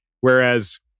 whereas